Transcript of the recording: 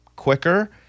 quicker